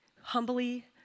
humbly-